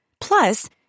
Plus